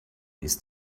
ist